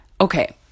okay